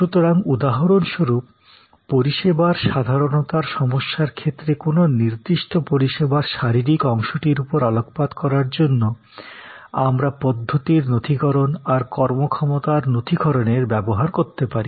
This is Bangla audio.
সুতরাং উদাহরণ স্বরূপ পরিষেবার সাধারণতার সমস্যার ক্ষেত্রে কোনো নির্দিষ্ট পরিষেবার শারীরিক অংশটির উপর আলোকপাত করার জন্য আমরা পদ্ধতির নথিকরণ আর কর্মক্ষমতার নথিকরণের ব্যবহার করতে পারি